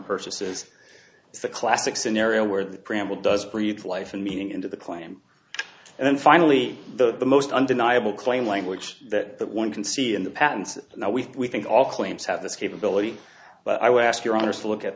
purchases is the classic scenario where the preamble does breathe life and meaning into the claim and then finally the most undeniable claim language that that one can see in the patents now we think all claims have this capability but i would ask your honor to look at